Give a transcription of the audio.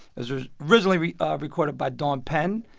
was was originally ah recorded by dawn penn,